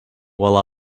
while